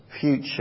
future